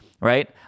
right